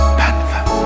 panther